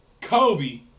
Kobe